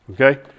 Okay